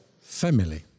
family